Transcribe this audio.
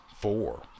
four